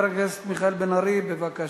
7598 ו-7629.